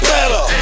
Better